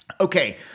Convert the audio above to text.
Okay